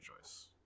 choice